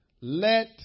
let